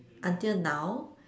until now